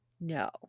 No